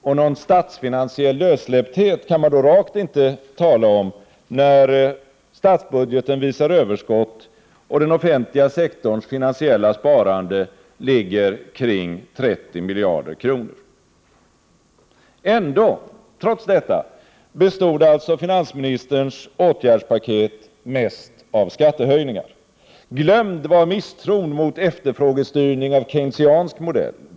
Och någon statsfinansiell lössläppthet kan man då rakt inte tala om, när statsbudgeten visar överskott och den offentliga sektorns finansiella sparande ligger kring 30 miljarder kronor. Trots detta bestod alltså finansministerns åtgärdspaket mest av skattehöjningar. Glömd var misstron mot efterfrågestyrning av keynesiansk modell.